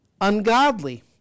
ungodly